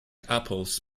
apples